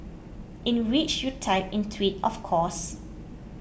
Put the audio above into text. in which you typed in twit of course